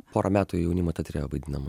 pora metų jaunimo teatre vaidinama